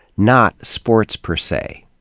not sports per se.